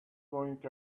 going